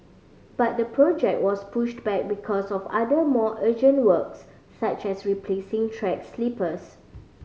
but the project was pushed back because of other more urgent works such as replacing track sleepers